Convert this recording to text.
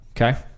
okay